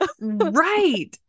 Right